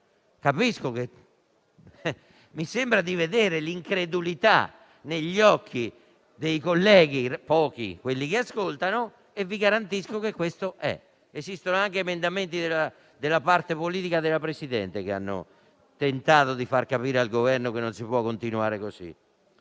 Mi sembra di vedere l'incredulità negli occhi dei colleghi che ascoltano - pochi a dire il vero - ma vi garantisco che questo accade: esistono anche emendamenti della parte politica della Presidente che hanno tentato di far capire al Governo che non si può continuare così.